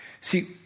See